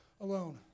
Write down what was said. alone